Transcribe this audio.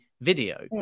video